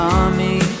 army